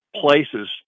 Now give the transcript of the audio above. places